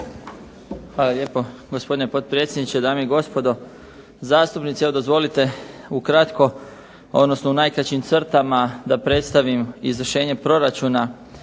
Hvala lijepo. Gospodine potpredsjedniče, dame i gospodo zastupnici. Evo dozvolite ukratko, odnosno u najkraćim crtama da predstavim izvršenje proračuna,